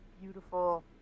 beautiful